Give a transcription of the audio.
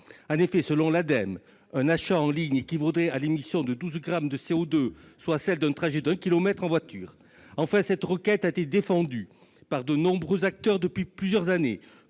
la maîtrise de l'énergie, un achat en ligne équivaudrait à l'émission de 12 grammes de CO2, soit celle d'un trajet d'un kilomètre en voiture. Enfin, cette requête a été défendue par de nombreux acteurs depuis plusieurs années